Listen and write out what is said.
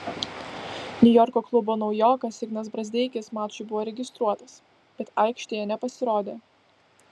niujorko klubo naujokas ignas brazdeikis mačui buvo registruotas bet aikštėje nepasirodė